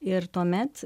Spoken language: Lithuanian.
ir tuomet